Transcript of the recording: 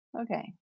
okay